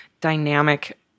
dynamic